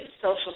social